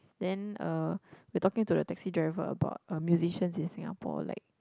then uh we are talking to the taxi driver about uh musicians in Singapore like